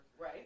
Right